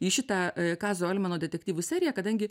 į šitą kazio almeno detektyvų seriją kadangi